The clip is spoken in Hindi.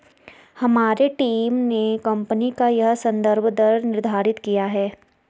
हमारी टीम ने कंपनी का यह संदर्भ दर निर्धारित किया है